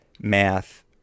math